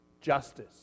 justice